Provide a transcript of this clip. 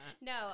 No